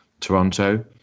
Toronto